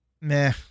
Meh